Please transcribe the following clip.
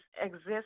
exist